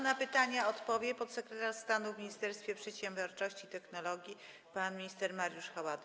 Na pytania odpowie podsekretarz stanu w Ministerstwie Przedsiębiorczości i Technologii pan minister Mariusz Haładyj.